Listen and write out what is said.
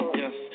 yes